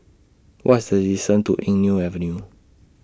What's The distance to Eng Neo Avenue